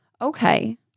Okay